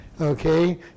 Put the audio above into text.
Okay